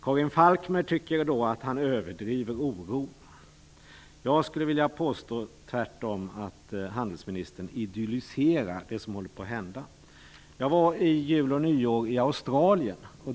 Karin Falkmer tycker att han överdriver oron. Jag skulle tvärtom vilja påstå att handelsministern idylliserar det som håller på att hända. Jag var under jul och nyår i Australien.